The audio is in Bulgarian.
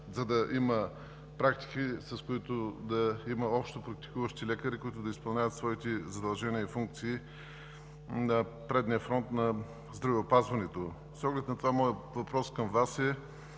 това да има практики – общопрактикуващи лекари, изпълняващи своите задължения и функции на предния фронт на здравеопазването. С оглед на това моят въпрос към Вас е: